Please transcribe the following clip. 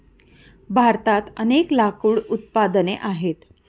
भारतात अनेक लाकूड उत्पादने आहेत